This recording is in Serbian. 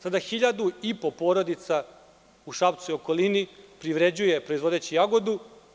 Sada hiljadu i po porodica u Šapcu i okolini privređuje proizvodeći jagodu.